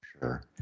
sure